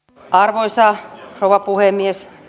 arvoisa rouva puhemies